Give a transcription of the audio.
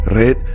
red